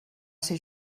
ser